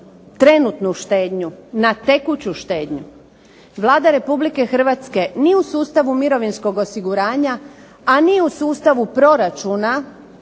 trenutnu štednju, na tekuću štednju Vlada Republike Hrvatske ni u sustavu mirovinskog osiguranja, a ni u sustavu proračuna